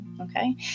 okay